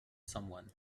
someone